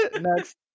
Next